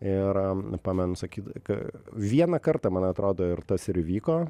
ir pamenu sakyda ka vieną kartą man atrodo ir tas ir įvyko